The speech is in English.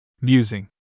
Musing